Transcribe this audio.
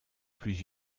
plus